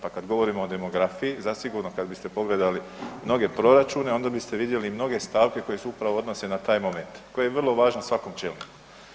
Pa kad govorimo o demografiji zasigurno kad biste pogledali mnoge proračune onda biste vidjeli i mnoge stavke koje se upravo odnose na taj moment koji je vrlo važan svakom čelniku.